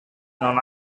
non